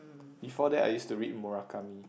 before that I used to read Murakami